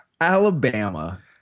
Alabama